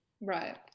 Right